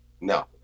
No